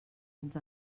ens